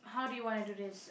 how do you wanna do this